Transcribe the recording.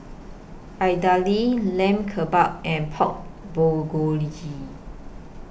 Idili Lamb Kebabs and Pork Bulgogi